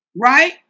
Right